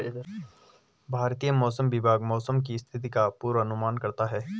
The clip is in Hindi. भारतीय मौसम विभाग मौसम की स्थिति का पूर्वानुमान करता है